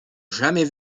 jamais